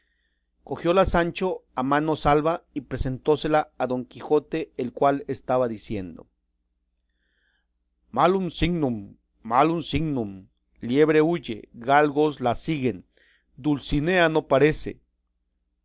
rucio cogióla sancho a mano salva y presentósela a don quijote el cual estaba diciendo malum signum malum signum liebre huye galgos la siguen dulcinea no parece